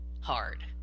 hard